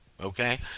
Okay